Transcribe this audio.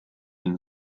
and